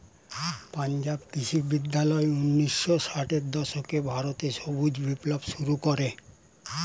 পাঞ্জাব কৃষি বিশ্ববিদ্যালয় ঊন্নিশো ষাটের দশকে ভারতে সবুজ বিপ্লব শুরু করে